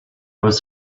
was